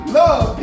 love